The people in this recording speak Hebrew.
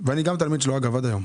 וגם אני תלמיד שלו עד היום.